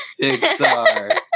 Pixar